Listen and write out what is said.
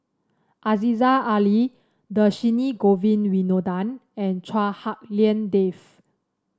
Aziza Ali Dhershini Govin Winodan and Chua Hak Lien Dave